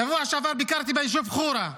בשבוע שעבר ביקרתי ביישוב חורה.